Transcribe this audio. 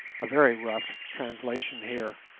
a very rough, translation here,